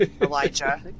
Elijah